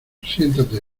siéntate